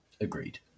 Agreed